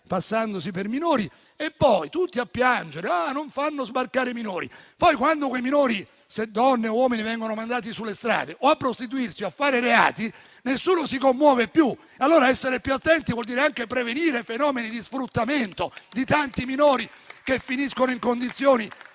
passandosi per minori? Tutti a piangere dicendo che non si fanno sbarcare minori; poi, però, quando quei minori, se donne o uomini, vengono mandati sulle strade, a prostituirsi o a fare reati, nessuno si commuove più. Essere più attenti vuol dire anche prevenire fenomeni di sfruttamento di tanti minori che finiscono in condizioni